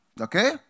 Okay